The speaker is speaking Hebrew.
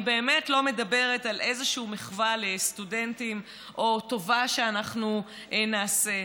אני באמת לא מדברת על איזושהי מחווה לסטודנטים או טובה שאנחנו נעשה,